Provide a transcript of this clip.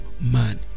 man